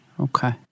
Okay